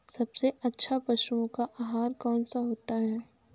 सबसे अच्छा पशुओं का आहार कौन सा होता है?